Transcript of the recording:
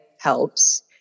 helps